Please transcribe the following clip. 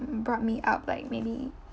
brought me up like maybe